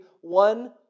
one